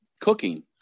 cooking